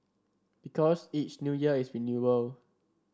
because each New Year is renewal